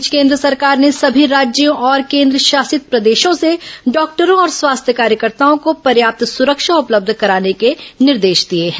इस बीच केंद्र सरकार ने सभी राज्यों और केंद्रशासित प्रदेशों से डॉक्टरों और स्वास्थ्य कार्यकर्ताओं को पर्याप्त सुरक्षा उपलब्ध कराने के निर्देश दिए हैं